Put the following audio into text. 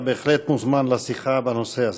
אתה בהחלט מוזמן לשיחה בנושא הזה.